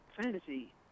fantasy